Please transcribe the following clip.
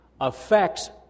affects